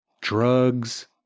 drugs